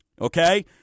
Okay